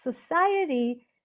society